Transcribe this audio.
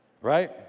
right